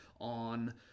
on